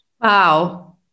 wow